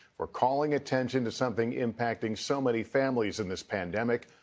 we're calling attention to something impacting so many families in this pandemic,